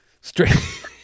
Straight